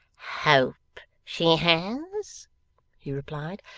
hope she has he replied.